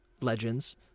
Legends